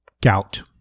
gout